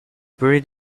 buried